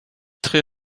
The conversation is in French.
très